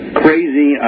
crazy